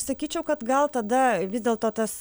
sakyčiau kad gal tada vis dėl to tas